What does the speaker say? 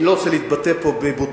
אני לא רוצה להתבטא פה בבוטות,